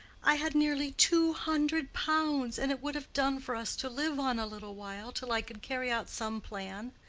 i had nearly two hundred pounds, and it would have done for us to live on a little while, till i could carry out some plan.